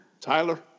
Tyler